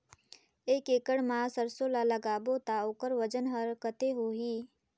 एक एकड़ मा सरसो ला लगाबो ता ओकर वजन हर कते होही?